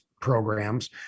programs